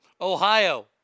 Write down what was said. Ohio